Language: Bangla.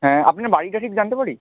হ্যাঁ আপনার বাড়িটা ঠিক জানতে পারি